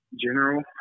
general